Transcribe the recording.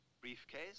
Briefcase